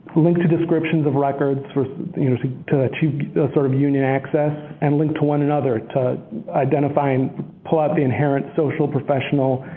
linked to description of records you know to to achieve sort of union access and linked to one another to identify and pull out the inherent social, professional,